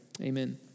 amen